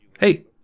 Hey